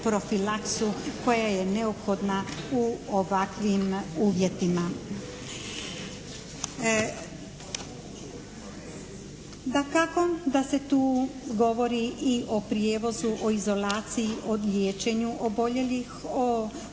profilaksu koja je neophodna u ovakvim uvjetima. Dakako da se tu govori i o prijevozu, o izolaciji, o liječenju oboljelih, o